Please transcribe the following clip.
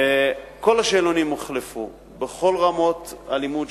כל השאלונים הוחלפו בכל רמות הלימוד,